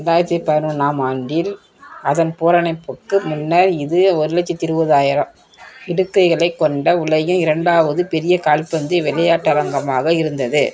ரெண்டாயிரத்தி பதினொன்றாம் ஆண்டில் அதன் புரனைப்புக்கு முன்னர் இது ஒரு லட்சத்தி இருபதாயிரம் இடுக்கைகளைக் கொண்ட உலகின் இரண்டாவது பெரிய கால்பந்து விளையாட்டரங்கமாக இருந்தது